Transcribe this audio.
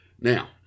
Now